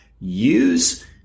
use